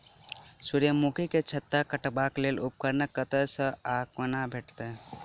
सूर्यमुखी केँ छत्ता काटबाक लेल उपकरण कतह सऽ आ कोना भेटत?